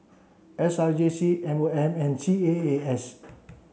S R J C M O M and C A A S